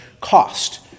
cost